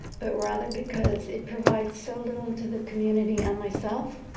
but rather because it provides so little to the community and myself,